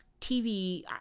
TV